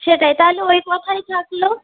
সেটাই তাহলে ওই কথাই থাকলো